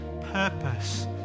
purpose